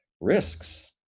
risks